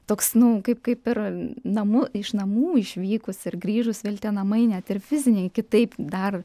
toks nu kaip kaip ir namų iš namų išvykus ir grįžus vėl tie namai ne tik fiziniai kitaip dar